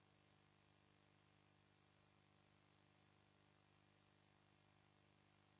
Grazie,